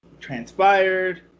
transpired